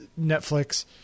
Netflix